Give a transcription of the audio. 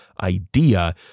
idea